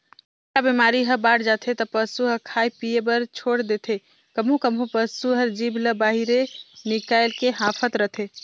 अफरा बेमारी ह बाड़ जाथे त पसू ह खाए पिए बर छोर देथे, कभों कभों पसू हर जीभ ल बहिरे निकायल के हांफत रथे